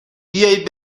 بیایید